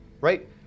right